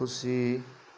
खुसी